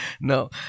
No